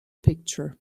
picture